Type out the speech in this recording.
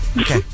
Okay